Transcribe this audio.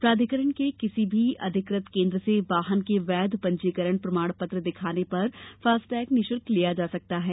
प्राधिकरण के किसी भी अधिकृत केन्द्र से वाहन के वैध पंजीकरण प्रमाण पत्र दिखाने पर फास्टैग निशुल्क लिया जा सकता है